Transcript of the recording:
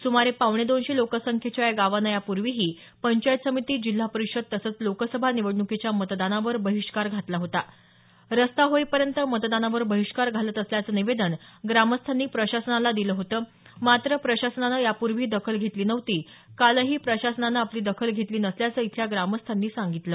सुमारे पावणे दोनशे लोकसंख्येच्या या गावाने यापूर्वीही पंचायत समिती जिल्हा परिषद तसंच लोकसभा निवडण्कीच्या मतदानावर बहिष्कार घातला होता रस्ता होईपर्यंत मतदानावर बहिष्कार घालत असल्याचं निवेदन ग्रामस्थांनी प्रशासनाला दिलं होतं मात्र प्रशासनानं यापूर्वीही दखल घेतली नव्हती कालही प्रशासनानं आपली दखल घेतली नसल्याचं इथल्या ग्रामस्थांनी सांगितलं